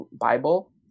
Bible